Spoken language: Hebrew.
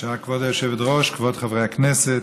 כבוד היושבת-ראש, כבוד חברי הכנסת,